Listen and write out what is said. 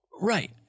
Right